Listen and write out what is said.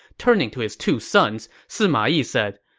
turning to his two sons, sima yi said,